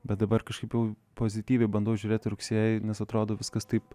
bet dabar kažkaip jau pozityviai bandau žiūrėt į rugsėjį nes atrodo viskas taip